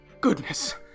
goodness